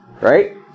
Right